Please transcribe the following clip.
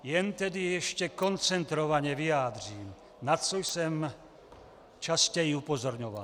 Jen tedy ještě koncentrovaně vyjádřím, na co jsem častěji upozorňoval.